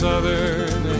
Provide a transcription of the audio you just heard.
Southern